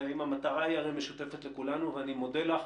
המטרה הרי משותפת לכולנו ואני מודה לך